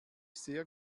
sehr